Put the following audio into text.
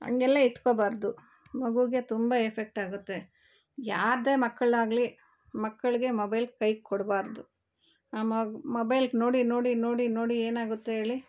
ಹಂಗೆಲ್ಲ ಇಟ್ಕೋಬಾರದು ಮಗುಗೆ ತುಂಬ ಎಫೆಕ್ಟ್ ಆಗುತ್ತೆ ಯಾರದೇ ಮಕ್ಕಳಾಗಲಿ ಮಕ್ಕಳಿಗೆ ಮೊಬೈಲ್ ಕೈ ಕೊಡಬಾರ್ದು ಆ ಮೊಬೈಲ್ ನೋಡಿ ನೋಡಿ ನೋಡಿ ನೋಡಿ ಏನಾಗುತ್ತೆ ಹೇಳಿ